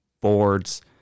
boards